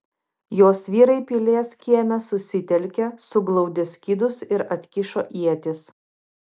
jos vyrai pilies kieme susitelkė suglaudė skydus ir atkišo ietis